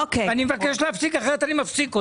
אני מבקש להפסיק, אחרת אני מפסיק אותך.